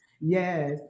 Yes